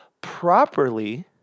properly